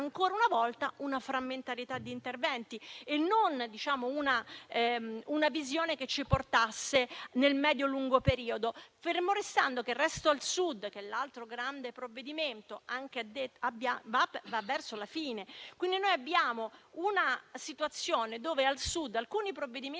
Ancora una volta, c'era frammentarietà di interventi e non una visione che ci portasse nel medio-lungo periodo, fermo restando che Resto al Sud, che è l'altro grande provvedimento, si avvia verso la fine. Quindi, noi abbiamo una situazione dove al Sud alcuni provvedimenti